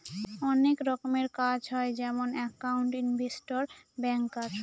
অনেক রকমের কাজ হয় যেমন একাউন্ট, ইনভেস্টর, ব্যাঙ্কার